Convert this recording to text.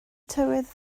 tywydd